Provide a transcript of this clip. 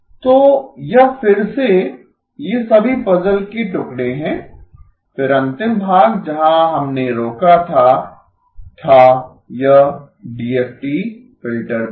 तो यह फिर से ये सभी पजल के टुकड़े हैं फिर अंतिम भाग जहां हमने रोका था था यह डीएफटी फिल्टर बैंक